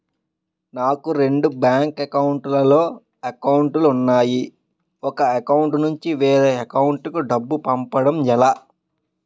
నాకు రెండు బ్యాంక్ లో లో అకౌంట్ లు ఉన్నాయి ఒక అకౌంట్ నుంచి వేరే అకౌంట్ కు డబ్బు పంపడం ఎలా?